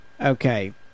Okay